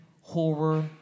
horror